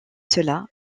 cela